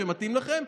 כשמתאים לכם,